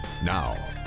Now